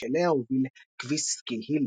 שאליה הוביל כביש סקי היל.